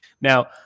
Now